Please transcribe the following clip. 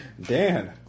Dan